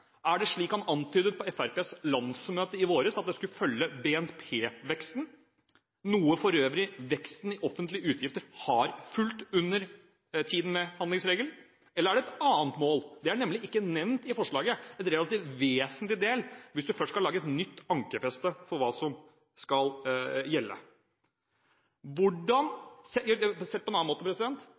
Er det slik han antydet på Fremskrittspartiets landsmøte i vår, at det skulle følge BNP-veksten – noe for øvrig veksten i offentlige utgifter har fulgt under tiden med handlingsregel – eller er det et annet mål? Det er nemlig ikke nevnt i forslaget, en relativt vesentlig del hvis man først skal lage et nytt ankerfeste for hva som skal gjelde. Eller sagt på en annen måte: Sett at man får en